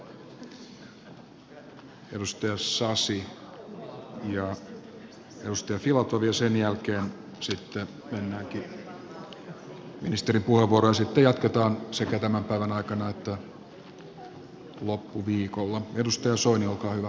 edustaja sasi ja edustaja filatov ja sen jälkeen sitten mennäänkin ministerin puheenvuoroon ja sitten jatketaan sekä tämän päivän aikana että loppuviikolla